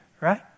Right